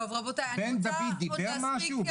בן דוד דיבר משהו.